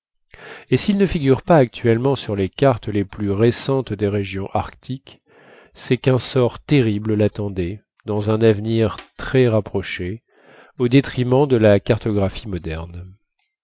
et s'il ne figure pas actuellement sur les cartes les plus récentes des régions arctiques c'est qu'un sort terrible l'attendait dans un avenir très rapproché au détriment de la cartographie moderne